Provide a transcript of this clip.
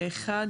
ראשית,